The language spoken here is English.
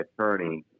attorney